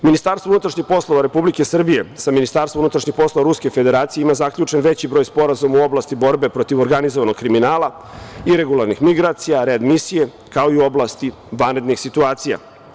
Ministarstvo unutrašnjih poslova Republike Srbije sa Ministarstvom unutrašnjih poslova Ruske Federacije ima zaključen veći broj sporazuma u oblasti borbe protiv organizovanog kriminala i regularnih migracija, readmisije, kao i u oblasti vanrednih situacija.